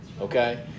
Okay